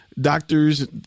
doctors